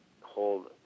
hold